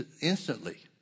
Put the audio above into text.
instantly